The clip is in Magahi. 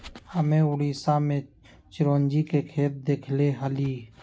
हम्मे उड़ीसा में चिरौंजी के खेत देखले हली